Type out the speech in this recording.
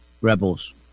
Rebels